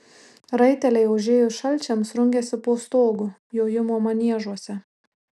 raiteliai užėjus šalčiams rungiasi po stogu jojimo maniežuose